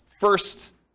first